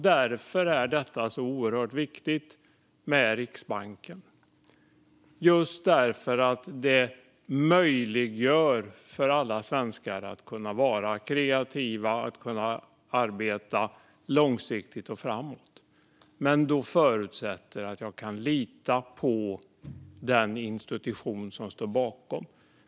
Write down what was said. Därför är det så oerhört viktigt med Riksbanken - den möjliggör för alla svenskar att vara kreativa och att arbeta långsiktigt och framåt. Men det förutsätter att jag kan lita på den institution som står bakom.